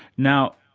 now,